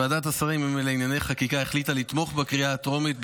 ועדת השרים לענייני חקיקה החליטה לתמוך בקריאה הטרומית,